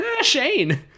Shane